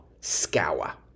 scour